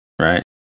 right